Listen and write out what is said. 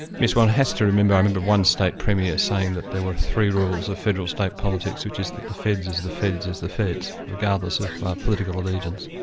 yes, one has to remember. i remember one state premier saying that there were three rules of federal-state politics which is that the feds is the feds is the feds regardless of political allegiance.